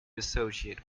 associate